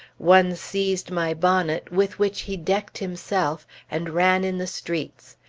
one seized my bonnet, with which he decked himself, and ran in the streets.